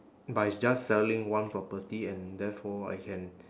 by just selling one property and therefore I can